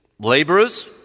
Laborers